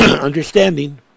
understanding